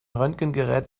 röntgengerät